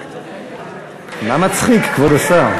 מה מצחיק, כבוד השר?